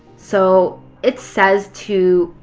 so it says to,